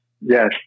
yes